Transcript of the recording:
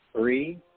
three